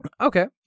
Okay